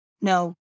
no